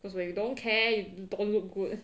cause when you don't care you don't look good